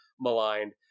maligned